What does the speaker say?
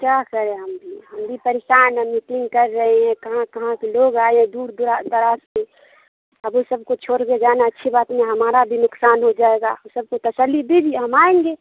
کیا کریں ہم بھی ہم بھی پریشان ہیں میٹنگ کر رہے ہیں کہاں کہاں سے لوگ آئے ہیں دور دراز سے ابھی سب کو چھور کے جانا اچھی بات نہیں ہمارا بھی نقصان ہو جائے گا تو سب کو تسلی دیجیے ہم آئیں گے